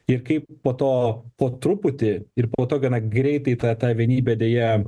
ir kaip po to po truputį ir po to gana greitai ta ta vienybė deja